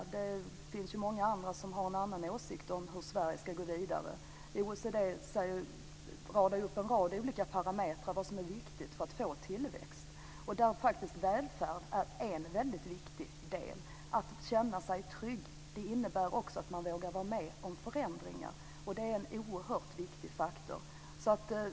Det finns många andra som har en annan åsikt om hur Sverige ska gå vidare. OECD radar ju upp flera olika parametrar när det gäller vad som är viktigt för att få tillväxt. Där är faktiskt välfärd en väldigt viktig del. Att man känner sig trygg innebär också att man vågar vara med om förändringar. Det är en oerhört viktig faktor.